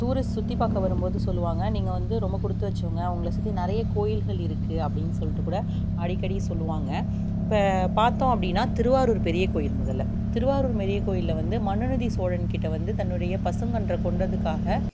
tourist சுற்றி பார்க்க வரும்போது சொல்லுவாங்க நீங்கள் வந்து ரொம்ப கொடுத்து வச்சவங்க உங்களை சுற்றி நிறைய கோயில்கள் இருக்கு அப்படின்னு சொல்லிட்டுக்கூட அடிக்கடி சொல்லுவாங்க இப்போ பார்த்தோம் அப்படின்னா திருவாரூர் பெரியக்கோயில் முதலில் திருவாரூர் பெரியக்கோயிலில் வந்து மனுநீதி சோழன்கிட்ட வந்து தன்னுடைய பசுங்கன்றை கொன்றத்துக்காக